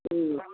ம்